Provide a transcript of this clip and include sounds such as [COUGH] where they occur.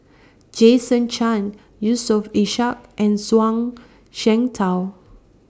Jason Chan Yusof Ishak and Zhuang [NOISE] Shengtao